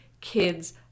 kids